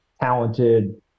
talented